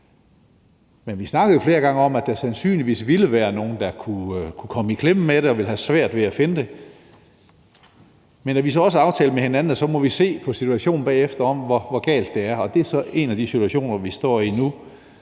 Men vi snakkede jo flere gange om, at der sandsynligvis ville være nogle, der kunne komme i klemme med det og ville have svært ved at finde det. Men vi aftalte så også med hinanden, at så måtte vi se på situationen bagefter og se, hvor galt det var, og det er så en af de situationer, vi står i nu.